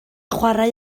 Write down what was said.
chwarae